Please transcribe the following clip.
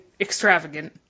extravagant